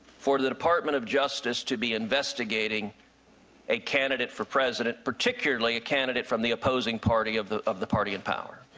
for the department of justice to be investigating a candidate for president, particularly a candidate from the opposing party of the of the party in power.